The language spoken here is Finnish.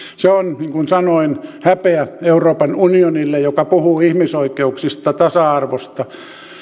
se on niin kuin sanoin häpeä euroopan unionille joka puhuu ihmisoikeuksista tasa arvosta